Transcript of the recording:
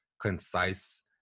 concise